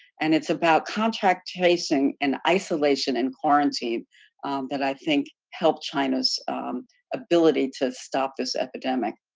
and it's about contact tracing and isolation, and quarantine that i think helped china's ability to stop this epidemic.